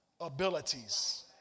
abilities